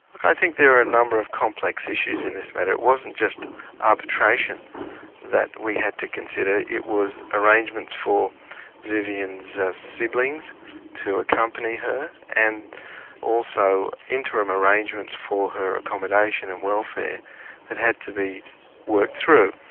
i think there are a number of complex issues in this matter, it wasn't just arbitration that we had to consider, it was arrangements for vivian's siblings to accompany her, and also interim arrangements for her accommodation and welfare that had to be worked through.